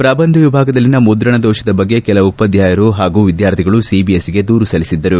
ಪ್ರಬಂಧ ವಿಭಾಗದಲ್ಲಿನ ಮುದ್ರಣ ದೋಷದ ಬಗ್ಗೆ ಕೆಲ ಉಪಾಧ್ಗಾಯರು ಹಾಗೂ ವಿದ್ಲಾರ್ಥಿಗಳು ಸಿಬಿಎಸ್ ಸಿಗೆ ದೂರು ಸಲ್ಲಿಸಿದ್ದರು